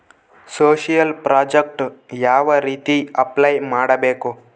Social project ಯಾವ ರೇತಿ apply ಮಾಡಬೇಕು?